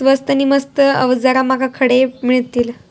स्वस्त नी मस्त अवजारा माका खडे मिळतीत?